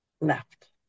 left